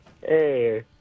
Hey